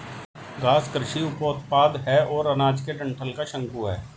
घास कृषि उपोत्पाद है और अनाज के डंठल का शंकु है